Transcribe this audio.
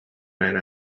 mijn